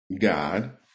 God